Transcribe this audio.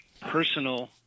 personal